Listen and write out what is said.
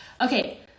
Okay